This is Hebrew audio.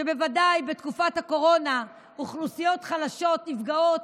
ובוודאי בתקופת הקורונה אוכלוסיות חלשות נפגעות,